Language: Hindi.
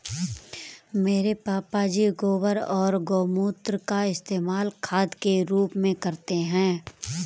मेरे पापा जी गोबर और गोमूत्र का इस्तेमाल खाद के रूप में करते हैं